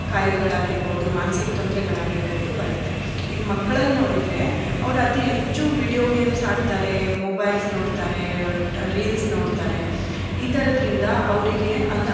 ಖಾಯ್ಲೆಗಳಾಗಿರ್ಬೋದು ಮಾನ್ಸಿಕ ತೊಂದರೆಗಳಾಗಿರ್ಬೋದು ಬರುತ್ತೆ ಈಗ ಮಕ್ಳಲ್ಲಿ ನೋಡಿದರೆ ಅವ್ರು ಅತಿ ಹೆಚ್ಚು ವಿಡಿಯೋ ಗೇಮ್ಸ್ ಆಡ್ತಾರೆ ಮೊಬೈಲ್ಸ್ ನೋಡ್ತಾರೆ ರೀಲ್ಸ್ ನೋಡ್ತಾರೆ ಈ ಥರದ್ರಿಂದ ಅವರಿಗೆ ಅನ್